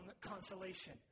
consolation